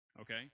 okay